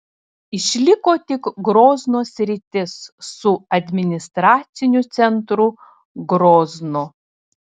išliko tik grozno sritis su administraciniu centru groznu